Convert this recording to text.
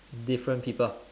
different people